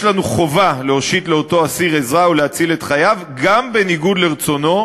יש לנו חובה להושיט לאותו אסיר עזרה ולהציל את חייו גם בניגוד לרצונו,